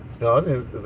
No